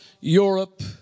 Europe